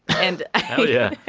and i. hell yeah